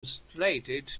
slated